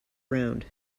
round